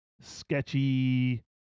sketchy